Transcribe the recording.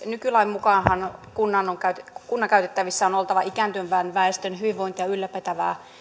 nykylain mukaanhan kunnan käytettävissä on oltava ikääntyvän väestön hyvinvointia ylläpitävää